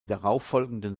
darauffolgenden